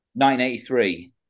1983